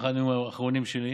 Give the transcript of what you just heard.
או אחד מהנאומים האחרונים שלי.